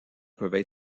peuvent